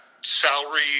salary